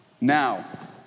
Now